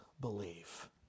believe